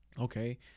okay